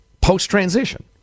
Post-transition